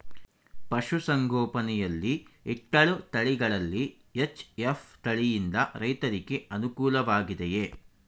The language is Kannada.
ಪಶು ಸಂಗೋಪನೆ ಯಲ್ಲಿ ಇಟ್ಟಳು ತಳಿಗಳಲ್ಲಿ ಎಚ್.ಎಫ್ ತಳಿ ಯಿಂದ ರೈತರಿಗೆ ಅನುಕೂಲ ವಾಗಿದೆಯೇ?